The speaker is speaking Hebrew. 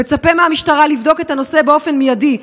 מצפה מהמשטרה לבדוק את הנושא באופן מיידי.